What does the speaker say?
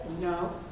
No